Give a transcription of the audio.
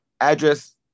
address